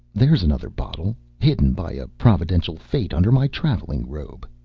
there's another bottle, hidden by a providential fate under my traveling robe.